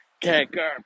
Kicker